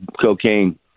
cocaine